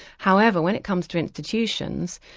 however, when it comes to institutions,